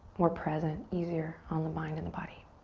more present easier on the mind in the body